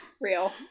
Real